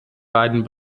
beiden